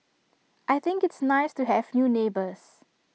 I think it's nice to have new neighbours